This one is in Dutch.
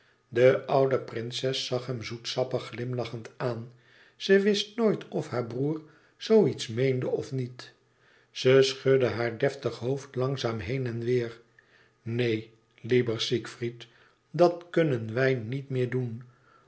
de oude prinses zag hem zoetsappig glimlachend aan ze wist nooit of haar broêr zoo iets meende of niet ze schudde haar deftig hoofd langzaam heen en weêr neen lieber siegfried dat kunnen wij niet meer doen